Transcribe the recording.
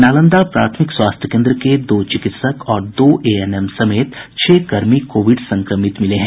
नालंदा प्राथमिक स्वास्थ्य केन्द्र के दो चिकित्सक और दो एएनएम समेत छह कर्मी कोविड संक्रमित मिले हैं